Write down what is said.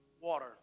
Water